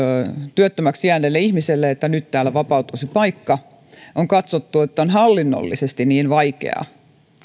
työttömäksi jääneelle ihmiselle että nyt täällä vapautuisi paikka on katsottu että on hallinnollisesti niin vaikeaa